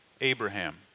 Abraham